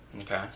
Okay